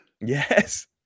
Yes